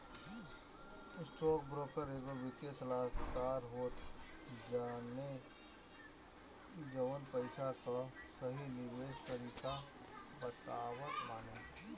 stockbroker एगो वित्तीय सलाहकार होत बाने जवन पईसा कअ सही निवेश तरीका बतावत बाने